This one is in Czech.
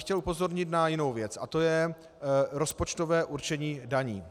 Chtěl bych upozornit na jinou věc a to je rozpočtové určení daní.